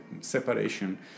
separation